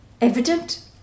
evident